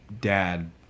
dad